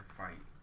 fight